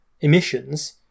emissions